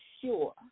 sure